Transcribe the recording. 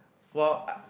while UH